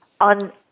on